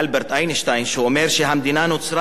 שהמדינה נוצרה למען האדם,